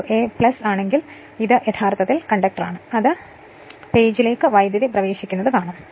ഒരു a ആണെങ്കിൽ ഇത് യഥാർത്ഥത്തിൽ കണ്ടക്ടറാണ് അതായത് പേജിലേക്ക് വൈദ്യുതി പ്രവേശിക്കുന്നത് കാണും